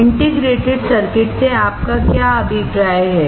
integrated circuit से आपका क्या अभिप्राय है